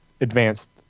advanced